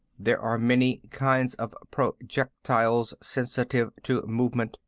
there are many kinds of projectiles sensitive to movement.